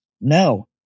No